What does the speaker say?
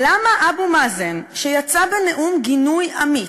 למה אבו מאזן, שיצא בנאום גינוי אמיץ,